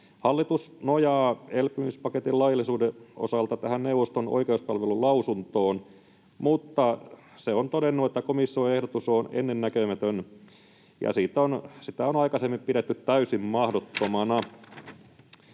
Hallitus nojaa elpymispaketin laillisuuden osalta tähän neuvoston oikeuspalvelun lausuntoon, mutta se on todennut, että komission ehdotus on ennennäkemätön, ja sitä on aikaisemmin pidetty täysin mahdottomana.